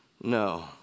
No